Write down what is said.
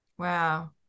Wow